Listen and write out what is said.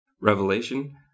revelation